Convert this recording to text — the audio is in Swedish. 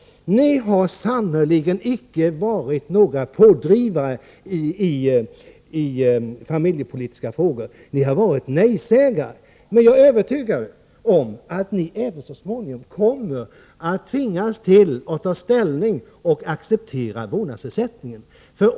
Ni har sannerligen icke varit några pådrivare i familjepolitiska frågor. Ni har varit nej-sägare. Men jag är övertygad om att ni så småningom även kommer att tvingas att acceptera vårdnadsersättningen.